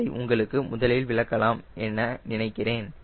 அதை உங்களுக்கு முதலில் விளக்கலாம் என நினைக்கிறேன்